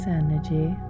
energy